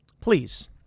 Please